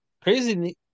Crazy